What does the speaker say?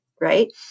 right